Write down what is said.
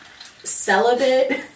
celibate